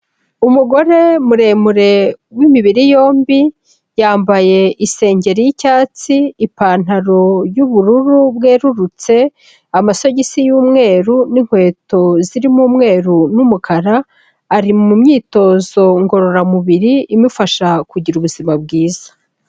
Umugore muremure w'imibiri yombi, yambaye isengeri y'icyatsi, ipantaro y'ubururu bwerurutse, amasogisi y'umweru n'inkweto zirimo umweru n'umukara, ari mu myitozo ngororamubiri imufasha kugira ubuzima bwiza.